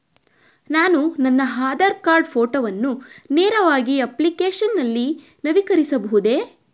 ನಾನು ನನ್ನ ಆಧಾರ್ ಕಾರ್ಡ್ ಫೋಟೋವನ್ನು ನೇರವಾಗಿ ಅಪ್ಲಿಕೇಶನ್ ನಲ್ಲಿ ನವೀಕರಿಸಬಹುದೇ?